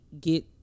get